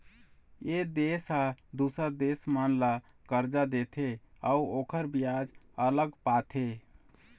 ए देश ह दूसर देश मन ल करजा देथे अउ ओखर बियाज अलग पाथे